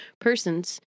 persons